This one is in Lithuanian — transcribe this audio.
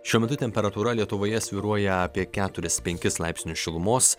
šiuo metu temperatūra lietuvoje svyruoja apie keturis penkis laipsnius šilumos